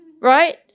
right